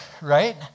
right